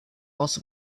also